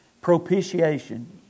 propitiation